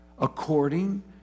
according